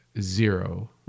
zero